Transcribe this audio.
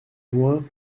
juin